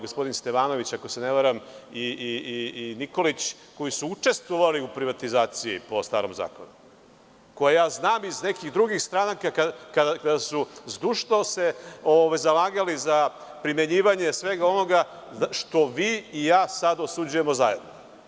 Gospodin Stevanović, ako se ne varam, i gospodin Nikolić koji su učestvovali u privatizaciji po starom zakonu, koje ja znam iz nekih drugih stranaka, kada su se zdušno zalagali za primenjivanje svega onoga što vi i ja sada osuđujemo zajedno.